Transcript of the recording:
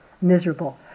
miserable